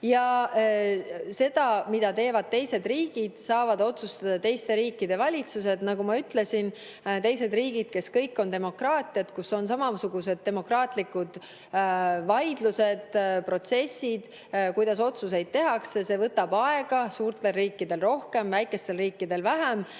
Seda, mida teevad teised riigid, saavad otsustada teiste riikide valitsused. Nagu ma ütlesin, teistel riikidel, kes kõik on demokraatiad, kus on samasugused demokraatlikud vaidlused, protsessid, kuidas otsuseid tehakse, võtab see aega: suurtel riikidel rohkem, väikestel riikidel vähem.